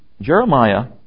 Jeremiah